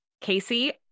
Casey